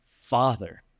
Father